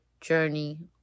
journey